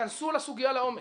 היכנסו לסוגיה לעומק,